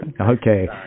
Okay